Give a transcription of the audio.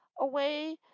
away